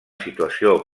situació